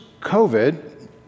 COVID